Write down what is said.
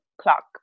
clock